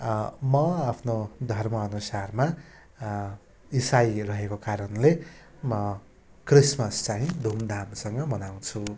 म आफ्नो धर्म अनुसारमा इसाई रहेको कारणले म क्रिसमस चाहिँ धुमधामसँग मनाउँछु